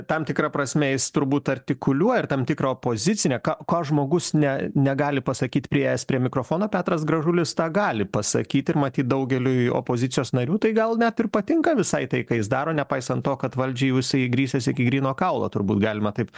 tam tikra prasme jis turbūt artikuliuoja ir tam tikrą opozicinę ką ką žmogus ne negali pasakyt priėjęs prie mikrofono petras gražulis tą gali pasakyti ir matyt daugeliui opozicijos narių tai gal net ir patinka visai tai ką jis daro nepaisant to kad valdžiai jau jisai grįžęs iki gryno kaulo turbūt galima taip